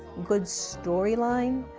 good storyline,